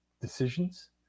decisions